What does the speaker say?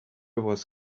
was